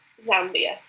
Zambia